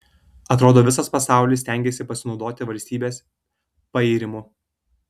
atrodo visas pasaulis stengiasi pasinaudoti valstybės pairimu